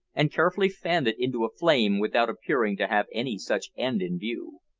and carefully fanned it into a flame without appearing to have any such end in view.